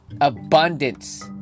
abundance